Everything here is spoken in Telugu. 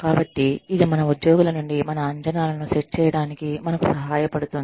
కాబట్టి ఇది మన ఉద్యోగుల నుండి మన అంచనాలను సెట్ చేయడానికి మనకు సహాయపడుతుంది